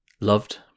loved